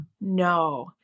no